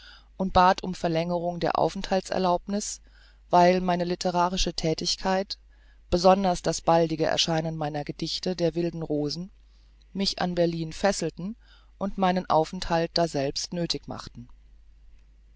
und bat um verlängerung der aufenthaltserlaubniß weil meine litterärische thätigkeit besonders das baldige erscheinen meiner gedichte der wilden rosen mich in berlin fesselten und meinen aufenthalt daselbst nöthig machten